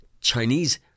Chinese